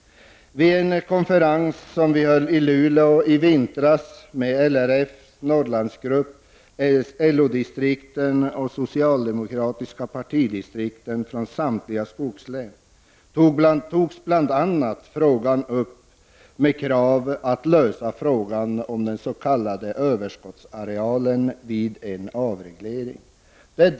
Vid en konferens som hölls i Luleå i vintras med LRF, Norrlandsgruppen, LO-distrikten och de socialdemokratiska partidistrikten från samtliga skogslän, krävdes bl.a. att frågan om den s.k. överskottsarealen vid en avreglering skulle lösas.